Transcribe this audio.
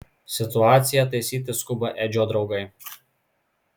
situaciją taisyti skuba edžio draugai